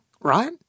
right